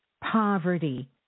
poverty